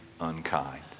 unkind